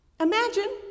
Imagine